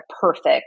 perfect